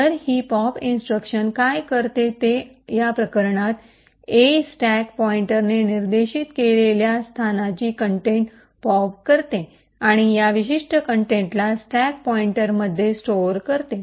तर ही pop instruction काय करते ते या प्रकरणात ए स्टॅक पॉइंटरने निर्देशित केलेल्या स्थानाची कंटेंट पॉप करते आणि या विशिष्ट कंटेंटला स्टॅक पॉइंटरमध्ये स्टोअर करते